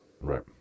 Right